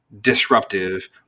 disruptive